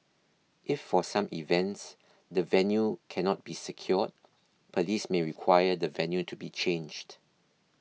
if for some events the venue cannot be secured police may require the venue to be changed